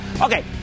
Okay